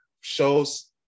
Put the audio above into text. shows –